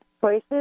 choices